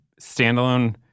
standalone